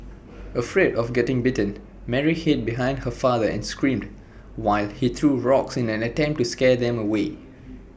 afraid of getting bitten Mary hid behind her father and screamed while he threw rocks in an attempt to scare them away